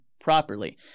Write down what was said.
properly